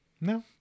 No